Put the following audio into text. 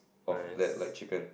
nice